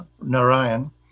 Narayan